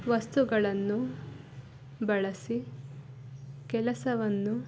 ವಸ್ತುಗಳನ್ನು ಬಳಸಿ ಕೆಲಸವನ್ನು